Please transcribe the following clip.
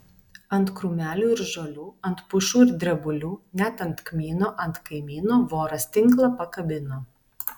ant krūmelių ir žolių ant pušų ir drebulių net ant kmyno ant kaimyno voras tinklą pakabino